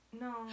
no